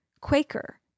Quaker